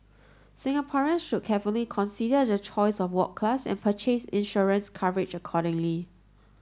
Singaporeans should carefully consider their choice of ward class and purchase insurance coverage accordingly